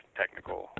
technical